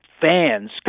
fans